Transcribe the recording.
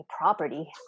property